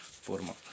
forma